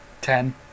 ten